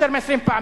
יותר מ-20 פעם,